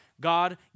God